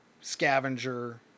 scavenger